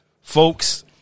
folks